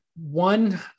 one